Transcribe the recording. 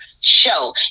show